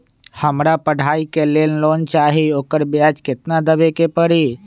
हमरा पढ़ाई के लेल लोन चाहि, ओकर ब्याज केतना दबे के परी?